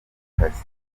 kazi